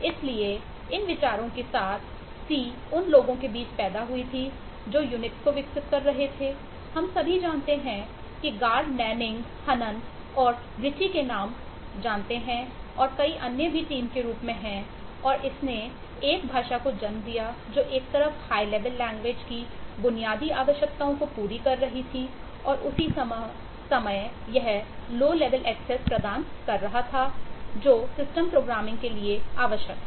इसलिए इन विचारों के साथ सी के लिए यह आवश्यक है